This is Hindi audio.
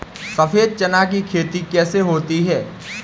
सफेद चना की खेती कैसे होती है?